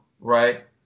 right